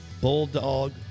Bulldog